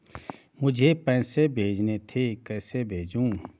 मुझे पैसे भेजने थे कैसे भेजूँ?